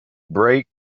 break